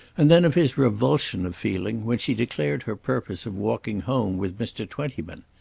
and then of his revulsion of feeling when she declared her purpose of walking home with mr. twentyman.